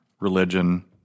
religion